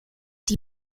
die